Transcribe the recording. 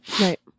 Right